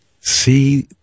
see